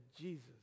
Jesus